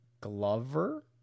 Glover